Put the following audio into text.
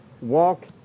walk